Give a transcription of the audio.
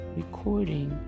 recording